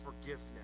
forgiveness